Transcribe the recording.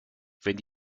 wenn